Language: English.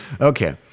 okay